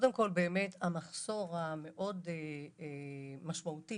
קודם כול, המחסור המשמעותי